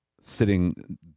sitting